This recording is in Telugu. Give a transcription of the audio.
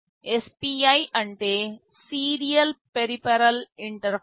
SPI అంటే సీరియల్ పెరిఫెరల్ ఇంటర్ఫేస్